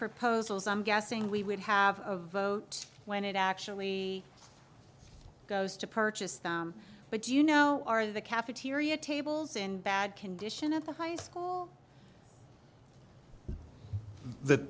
proposals i'm guessing we would have a vote when it actually goes to purchase but do you know are the cafeteria tables in bad condition of the high school